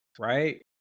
right